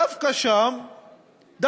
דווקא שם אין